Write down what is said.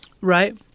Right